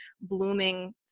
blooming